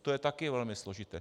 To je také velmi složité.